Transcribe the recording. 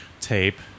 tape